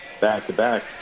back-to-back